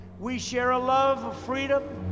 we share a love of freedom,